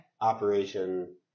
operation